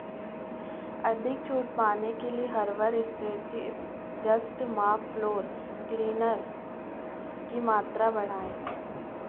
अधिक छूट पाने के लिए herbal just mop floor cleaner की मात्रा बढ़ाएँ